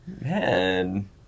Man